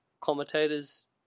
commentators